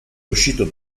uscito